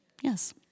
yes